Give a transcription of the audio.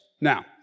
Now